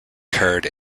curd